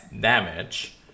damage